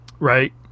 Right